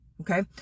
Okay